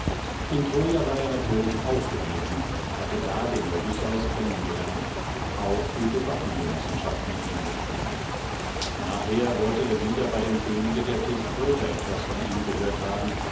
in troja war er natürlich auch gewesen und hatte da den odysseus kennen gelernt auch gute waffengenossenschaft mit ihm gepflogen nachher wollte er wieder bei dem könige der thesproter etwas von ihm gehört haben